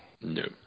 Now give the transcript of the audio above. No